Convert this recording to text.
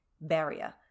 barrier